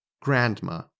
grandma